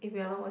no